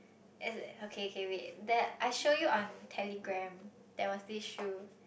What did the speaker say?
as in okay okay wait there I show you on Telegram there was this shoe